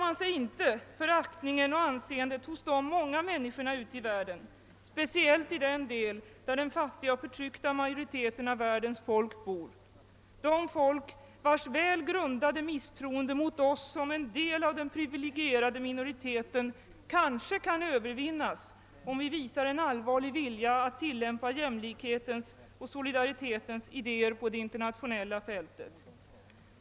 man :sig inte för aktningen och anseendet hos de många människorna ute i världen, speciellt i den del där den fattiga och förtryckta majoriteten av världens folk bor, de folk vars väl grundade misstroende mot oss som en del av den privilegierade minoriteten kanske kan övervinnas, om vi visar en allvarlig vilja att tillämpa jämlikhetens och solidaritetens idéer på det internationella fältet?